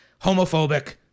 homophobic